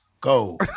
Go